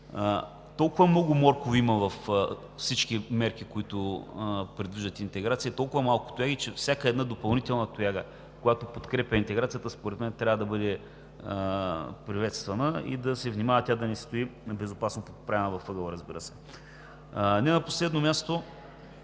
толкова много моркови във всички мерки, които предвиждат интеграция, толкова малко тояги, че всяка една допълнителна тояга, която подкрепя интеграцията, според мен трябва да бъде приветствана и да се внимава да не стои безопасно подпряна в ъгъла. Не на последно място